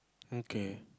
okay